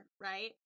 right